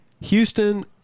Houston